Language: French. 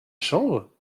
chambre